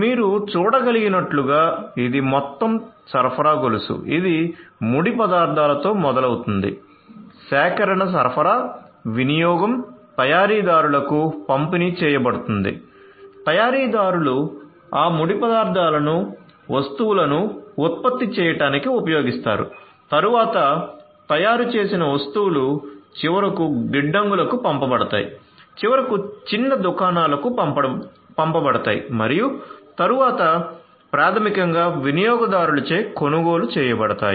మీరు చూడగలిగినట్లుగా ఇది మొత్తం సరఫరా గొలుసు ఇది ముడి పదార్థాలతో మొదలవుతుంది సేకరణ సరఫరా వినియోగం తయారీదారులకు పంపిణీ చేయబడుతుంది తయారీదారులు ఆ ముడి పదార్థాలను వస్తువులను ఉత్పత్తి చేయడానికి ఉపయోగిస్తారు తరువాత తయారు చేసిన వస్తువులు చివరకు గిడ్డంగులకు పంపబడతాయి చివరకు చిన్న దుకాణాలకు పంపబడతాయి మరియు తరువాత ప్రాథమికంగా వినియోగదారులు చే కొనుగోలు చేయబడతాయి